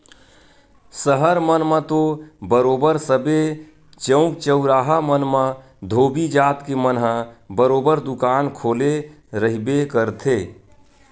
सहर मन म तो बरोबर सबे चउक चउराहा मन म धोबी जात के मन ह बरोबर दुकान खोले रहिबे करथे